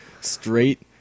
straight